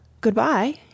good-bye